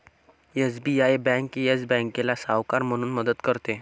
SBI bank Yes बँकेला सावकार म्हणून मदत करते